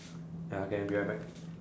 ya can be right back